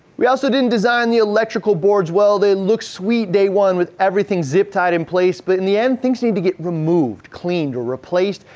we also didn't design the electrical boards well. they looked sweet day one with everything zip tied in place but in the end, things need to get removed, cleaned, replaced.